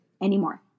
anymore